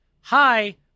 hi